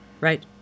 Right